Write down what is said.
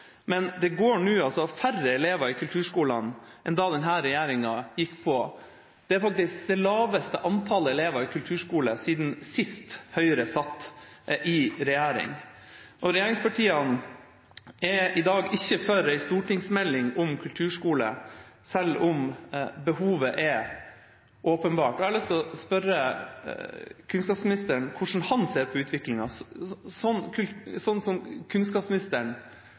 men det går nå færre elever i kulturskolene enn da denne regjeringa gikk på. Det er faktisk det laveste antallet elever i kulturskolen siden sist Høyre satt i regjering. Regjeringspartiene er i dag ikke for en stortingsmelding om kulturskole, selv om behovet er åpenbart. Jeg har lyst til å spørre kunnskapsministeren hvordan han ser på utviklingen. Slik kunnskapsministeren